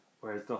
Whereas